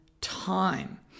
time